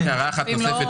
רק הערה אחת נוספת.